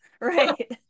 right